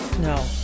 No